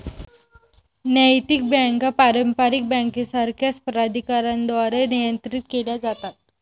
नैतिक बँका पारंपारिक बँकांसारख्याच प्राधिकरणांद्वारे नियंत्रित केल्या जातात